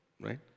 Right